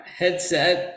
headset